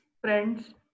friends